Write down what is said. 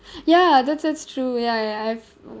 ya that's that's true ya ya I've